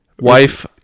wife